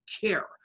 care